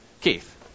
Keith